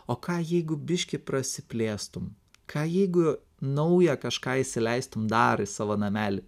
o ką jeigu biškį prasiplėstum ką jeigu naują kažką įsileistum dar į savo namelį